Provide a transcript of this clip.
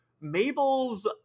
Mabel's